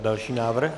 Další návrh.